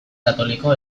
katoliko